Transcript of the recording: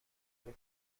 خوب